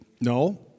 No